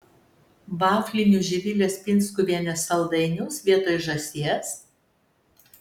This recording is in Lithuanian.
vaflinius živilės pinskuvienės saldainius vietoj žąsies